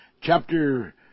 Chapter